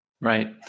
Right